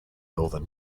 northern